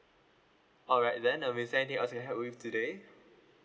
alright then um is there anything else that I can help you with today